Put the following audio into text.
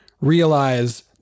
realize